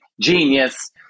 genius